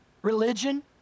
Religion